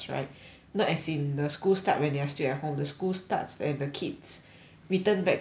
not as in the school start when they are still at home the school starts when the kids return back to school